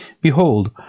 Behold